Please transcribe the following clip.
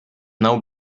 now